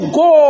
go